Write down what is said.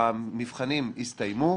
המבחנים הסתיימו,